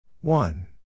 One